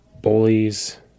bullies